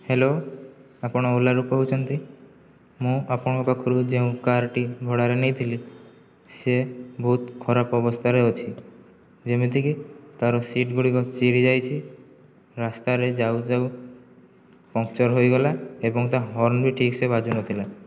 hello ଆପଣ ଓଲାରୁ କହୁଛନ୍ତି ମୁଁ ଆପଣଙ୍କ ପାଖରୁ ଯେଉଁ କାର୍ଟି ଭଡ଼ାରେ ନେଇଥିଲି ସିଏ ବହୁତ ଖରାପ ଅବସ୍ଥାରେ ଅଛି ଯେମିତିକି ତାର ସିଟ୍ ଗୁଡ଼ିକ ଚିରି ଯାଇଛି ରାସ୍ତାରେ ଯାଉ ଯାଉ ପଙ୍କ୍ଚର୍ ହୋଇଗଲା ଏବଂ ତା ହର୍ନ ବି ଠିକ୍ସେ ବାଜୁନଥିଲା